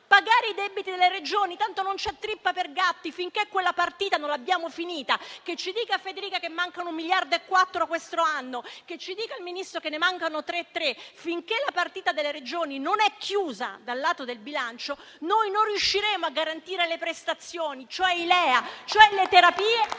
pagare i debiti delle Regioni: tanto non c'è trippa per gatti finché quella partita non l'abbiamo finita. Che ci dicano che mancano 1,4 miliardi quest'anno, che ci dica il Ministro che ne mancano 3,3, finché la partita delle Regioni non è chiusa dal lato del bilancio, noi non riusciremo a garantire le prestazioni, cioè i LEA, le terapie ai